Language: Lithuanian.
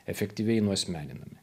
efektyviai nuasmeninami